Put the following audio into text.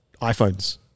iPhones